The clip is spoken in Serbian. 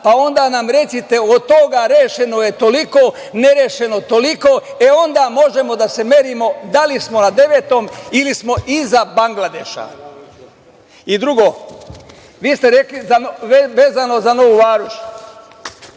pa onda nam recite od toga rešeno je toliko, nerešeno toliko, e, onda možemo da se merimo da li smo na devetom ili smo iza Bangladeša. Drugo, vi ste rekli vezano za Novu Varoš,